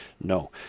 No